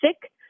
sick